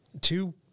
two